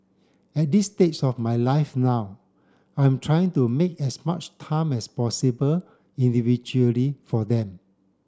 at this stage of my life now I'm trying to make as much time as possible individually for them